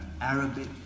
Arabic